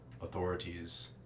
authorities